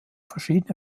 verschiedene